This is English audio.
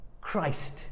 Christ